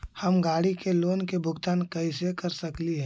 हम गाड़ी के लोन के भुगतान कैसे कर सकली हे?